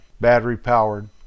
battery-powered